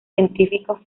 científicos